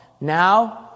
now